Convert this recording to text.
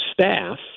staff